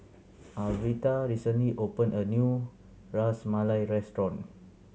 Alverta recently opened a new Ras Malai restaurant